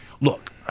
look